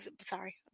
Sorry